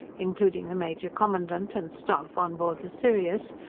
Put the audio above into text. including the major commandant and staff on board the sirius,